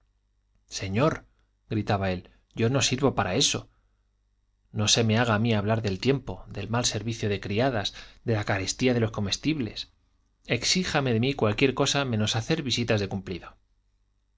estos cumplidos señor gritaba él yo no sirvo para eso no se me haga a mi hablar del tiempo del mal servicio de criadas de la carestía de los comestibles exíjase de mí cualquier cosa menos hacer visitas de cumplido